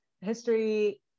history